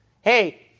Hey